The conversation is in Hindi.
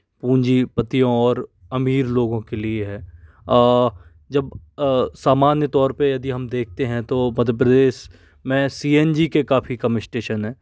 पूंजी पत्तियों और अमीर लोगों के लिए है जब सामान्य तौर पर यदि हम देखते हैं तो मध्य प्रदेश में सी एन जी के काफ़ी कम इस्टेशन हैं